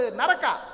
naraka